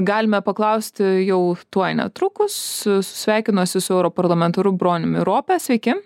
galime paklausti jau tuoj netrukus sveikinuosi su europarlamentaru broniumi rope sveiki